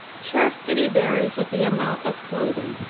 chastity varies with the amount of clothing,